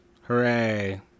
Hooray